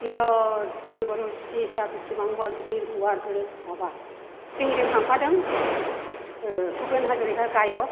बिराद गिलु बालु स्टेसआ बिसिबांबा गिदिर गुवार गोलाव माबा जोंजों थांफादों भुपेन हाज'रिका गायक